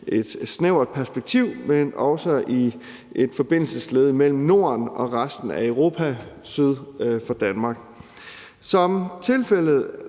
et snævert perspektiv, men er også et forbindelsesled mellem Norden og resten af Europa syd for Danmark. Som tilfældet